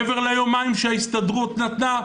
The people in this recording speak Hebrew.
מעבר ליומיים שההסתדרות נתנה,